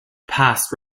past